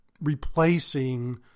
replacing